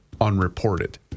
unreported